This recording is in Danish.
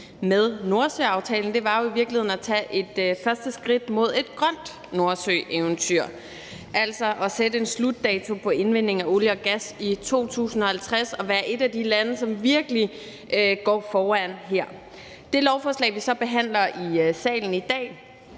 med Nordsøaftalen, var jo i virkeligheden at tage et første skridt mod et grønt Nordsøeventyr, altså at sætte en slutdato på indvinding af olie og gas i 2050 og være et af de lande, som virkelig går foran her. Det lovforslag, vi så behandler i salen i dag,